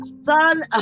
son